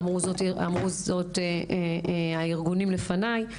אמרו זאת הארגונים לפניי.